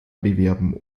bewerben